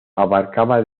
abarcaba